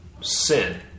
sin